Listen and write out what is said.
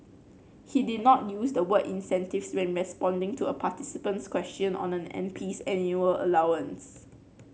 he did not use the word incentives when responding to a participant's question on an MP's annual allowance